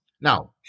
Now